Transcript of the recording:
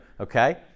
okay